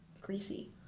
greasy